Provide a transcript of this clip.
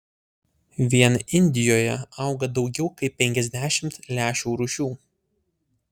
vien indijoje auga daugiau kaip penkiasdešimt lęšių rūšių